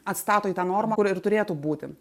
atstato į tą normą kur ir turėtų būti